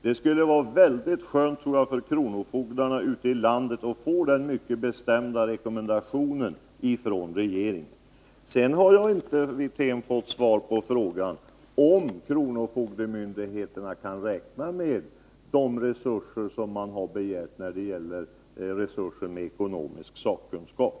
Det skulle vara skönt för kronofogdarna ute i landet att få den bestämda rekommendationen från regeringen. Jag har inte, Rolf Wirtén, fått svar på frågan om kronofogdemyndigheterna kan räkna med att få de begärda resurserna i fråga om ekonomisk sakkunskap.